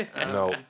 No